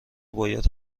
باید